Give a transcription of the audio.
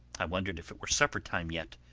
i wondered if it were supper-time yet.